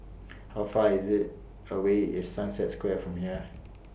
How Far IS IT away Sunset Square from here